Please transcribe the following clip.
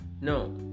no